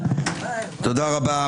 תודה רבה.